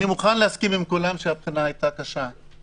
אני מוכן להסכים עם כולם שהבחינה הייתה קשה,